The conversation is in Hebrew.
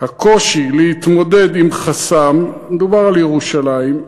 "הקושי להתמודד עם חסם" מדובר על ירושלים,